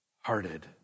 hearted